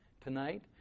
tonight